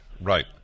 right